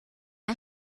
you